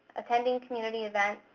attending community events.